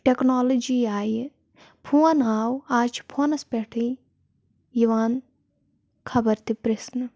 technology آیہِ phone آو آز چھِ فوٚنَس پٮ۪ٹھۓ یِوان خبر تہِ پرِژھنہٕ